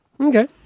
Okay